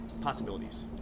possibilities